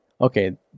okay